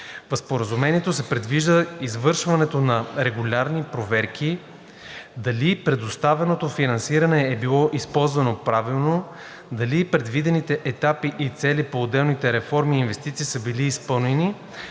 В Споразумението се предвижда извършването на регулярни проверки дали предоставеното финансиране е било използвано правилно, дали предвидените етапи и цели по отделните реформи и инвестиции са били изпълнени,